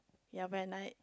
ya when I